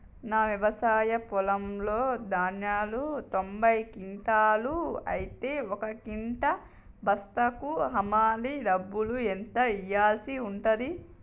నా వ్యవసాయ పొలంలో ధాన్యాలు తొంభై క్వింటాలు అయితే ఒక క్వింటా బస్తాకు హమాలీ డబ్బులు ఎంత ఇయ్యాల్సి ఉంటది?